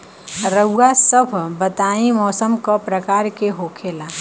रउआ सभ बताई मौसम क प्रकार के होखेला?